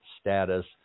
status